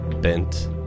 bent